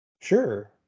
Sure